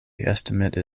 estimate